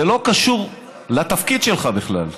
זה לא קשור לתפקיד שלך בכלל.